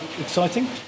exciting